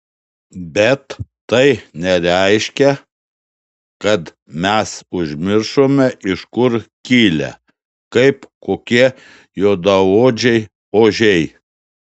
bet tai nereiškia kad mes užmiršome iš kur kilę kaip kokie juodaodžiai ožiai